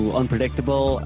unpredictable